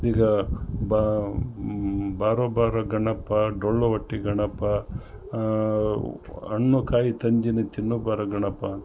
ಈಗ ಬಾ ಬಾರೋ ಬಾರೋ ಗಣಪ ಡೊಳ್ಳು ಹೊಟ್ಟೆ ಗಣಪ ಹಣ್ಣು ಕಾಯಿ ತಂದೀನಿ ತಿನ್ನು ಬಾರೋ ಗಣಪ